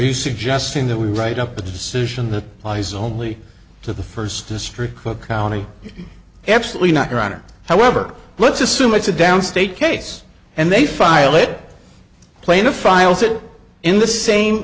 you suggesting that we write up a decision that lies only to the first district of county absolutely not your honor however let's assume it's a downstate case and they file it plaintiff files it in the same